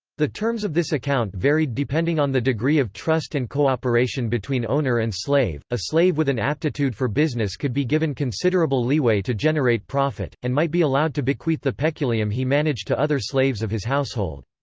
the terms of this account varied depending on the degree of trust and co-operation between owner and slave a slave with an aptitude for business could be given considerable leeway to generate profit, and might be allowed to bequeath the peculium he managed to other slaves of his household.